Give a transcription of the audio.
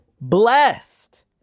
blessed